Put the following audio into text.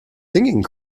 singing